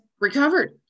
recovered